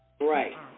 Right